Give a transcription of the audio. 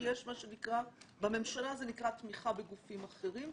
כי יש מה שנקרא בממשלה זה נקרא תמיכה בגופים אחרים,